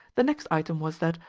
the next item was that,